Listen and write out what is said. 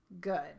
good